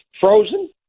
frozen